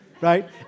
right